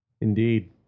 Indeed